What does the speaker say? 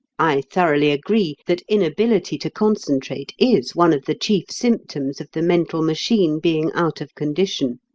i thoroughly agree that inability to concentrate is one of the chief symptoms of the mental machine being out of condition.